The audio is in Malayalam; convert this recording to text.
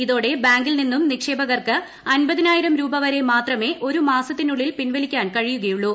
ഇതോടെ ബാങ്കിൽ നിന്നും നിക്ഷേപകർക്ക് അൻപതിനായിരം രൂപ വരെ മാത്രമേ ഒരു മാസത്തിനുള്ളിൽ പിൻവലിക്കാൻ കഴിയുകയുള്ളൂ